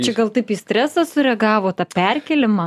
čia gal taip į stresą sureagavo į ta perkėlimą